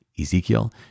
Ezekiel